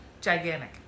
gigantic